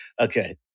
okay